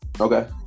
Okay